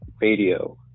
radio